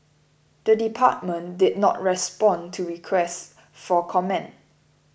the department did not respond to request for comment